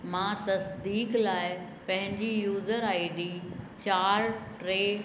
मां तसदीकु लाइ पंहिंजी यूजर आई डी चारि टे